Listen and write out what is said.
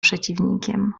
przeciwnikiem